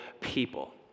people